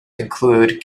include